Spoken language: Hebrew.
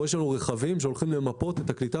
יש לנו רכבים שהולכים למפות את הקליטה